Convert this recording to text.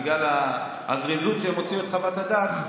בגלל הזריזות שבה הם הוציאו את חוות הדעת.